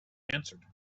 answered